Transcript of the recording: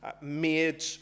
made